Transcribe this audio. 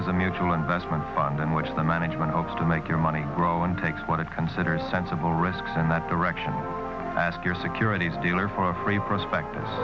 is a mutual investment fund in which the management hopes to make your money grow and banks want to consider sensible risks in that direction ask your securities dealer for a free prospectus